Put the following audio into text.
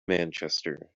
manchester